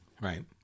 Right